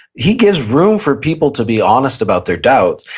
he gives room for people to be honest about their doubts.